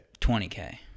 20k